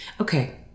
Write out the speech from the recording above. Okay